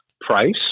price